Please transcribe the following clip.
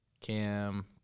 Cam